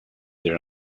their